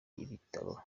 ibitabo